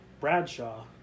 Bradshaw